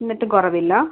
എന്നിട്ടും കുറവില്ലെ